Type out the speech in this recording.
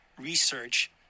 research